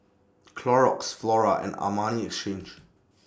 Clorox Flora and Armani Exchange